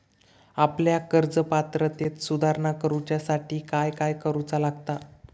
आपल्या कर्ज पात्रतेत सुधारणा करुच्यासाठी काय काय करूचा लागता?